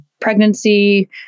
pregnancy